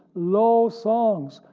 low songs,